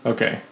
Okay